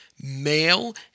male